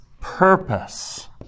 Purpose